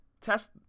test